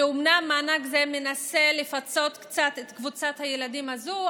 אומנם מענק זה מנסה לפצות קצת את קבוצת הילדים הזו,